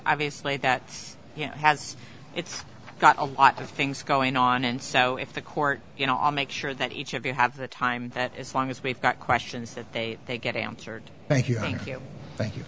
obviously that has got a lot of things going on and so if the court you know i'll make sure that each of you have the time that as long as we've got questions that they they get answered thank you thank you thank you